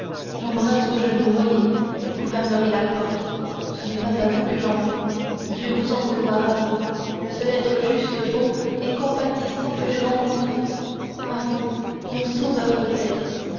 j'embrasse vos genoux voyez vous fermerez la porte ce n'est pas à vous que j'en veux dieu vous en vouloir à vous le seul être juste bon et compatissant que j'aie rencontré à vous mon sauveur peut-être